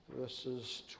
verses